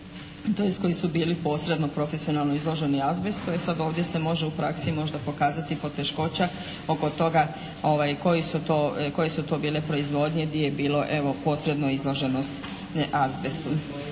Tj. koji su bili posredno profesionalno izloženi azbestu. E sad ovdje se može u praksi možda pokazati i poteškoća oko toga koji su to, koje su to bile proizvodnje gdje je bilo evo posredno izloženost azbestu.